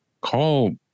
call